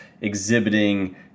exhibiting